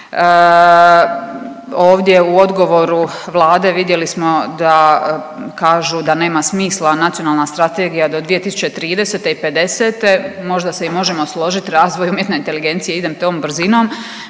Ovdje u odgovoru Vlade vidjeli smo da, kažu da nema smisla Nacionalna strategija do 2030. i '50.. Možda se i možemo složit, razvoj umjetne inteligencije ide tom brzinom,